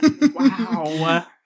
Wow